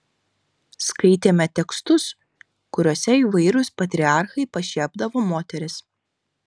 skaitėme tekstus kuriuose įvairūs patriarchai pašiepdavo moteris